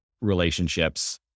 relationships